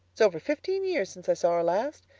it's over fifteen years since i saw her last.